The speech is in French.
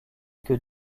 que